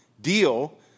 Deal